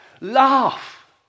Laugh